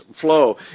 flow